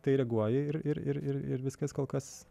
tai reaguoji ir ir ir viskas kol kas